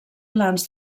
plans